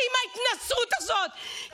תפסיקי עם ההתנשאות הזאת,